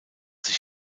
sich